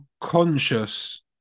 conscious